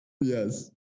Yes